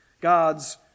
God's